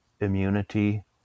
immunity